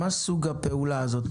מה סוג הפעולה הזאת?